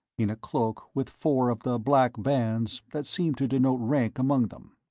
in a cloak with four of the black bands that seemed to denote rank among them.